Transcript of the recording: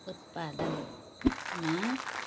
उत्पादनमा